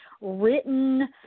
written